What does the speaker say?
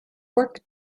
worked